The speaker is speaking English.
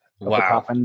Wow